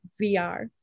VR